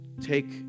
take